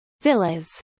Villas